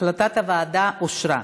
החלטת הוועדה אושרה.